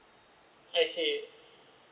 I see